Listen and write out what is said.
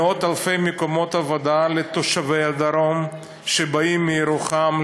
מאות-אלפי מקומות עבודה לתושבי הדרום שבאים מירוחם,